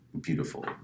beautiful